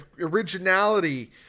originality